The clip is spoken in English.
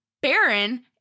Baron